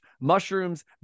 mushrooms